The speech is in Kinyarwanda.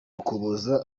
ukuboza